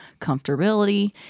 comfortability